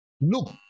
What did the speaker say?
look